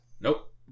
Nope